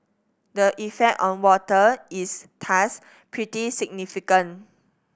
the effect on water is thus pretty significant